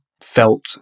felt